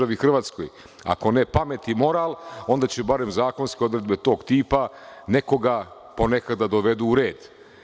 Ako ne pamet i moral, onda će barem zakonske odredbe tog tipa nekoga ponekada da dovedu u red.